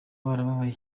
bababaye